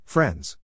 Friends